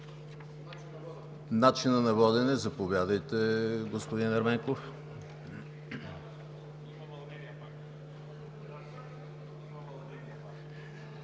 начина на водене – заповядайте, господин Ерменков.